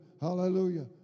Hallelujah